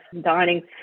dining